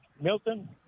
Milton